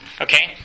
Okay